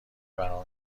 برای